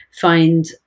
find